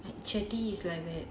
ah jetty is like that